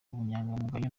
ubunyangamugayo